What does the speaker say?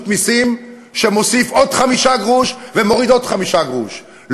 מסים שמוסיף עוד חמישה גרוש ומוריד עוד חמישה גרוש,